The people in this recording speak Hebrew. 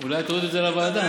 אולי תורידו את זה לוועדה.